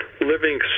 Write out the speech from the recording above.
living